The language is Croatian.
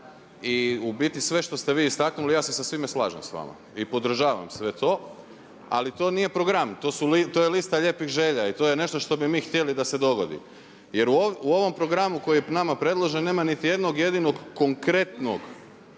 i u biti sve što ste vi istaknuli ja se sa svime slažem sa vama i podržavam sve to, ali to nije program to je lista lijepih želja i to je nešto što bi mi htjeli da se dogodi. Jer u ovom programu koji je nama predložen nema niti jednog jedinog konkretnog